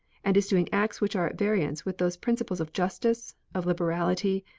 and is doing acts which are at variance with those principles of justice, of liberality,